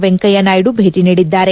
ವೆಂಕಯ್ಯ ನಾಯ್ಡು ಭೇಟಿ ನೀಡಿದ್ದಾರೆ